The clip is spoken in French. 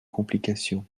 complications